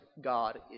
God